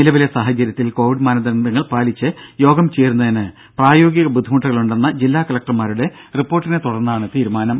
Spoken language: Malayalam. നിലവിലെ സാഹചര്യത്തിൽ കോവിഡ് മാനദണ്ഡങ്ങൾ പാലിച്ചു യോഗം ചേരുന്നതിന് പ്രായോഗിക ബുദ്ധിമുട്ടുകൾ ഉണ്ടെന്ന ജില്ലാ കലക്ടർമാരുടെ റിപ്പോർട്ടിനെ തുടർന്നാണ് തീരുമാനം